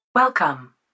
Welcome